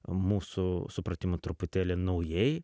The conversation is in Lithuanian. mūsų supratimu truputėlį naujai